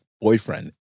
boyfriend